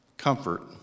Comfort